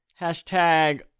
Hashtag